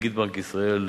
ונגיד בנק ישראל,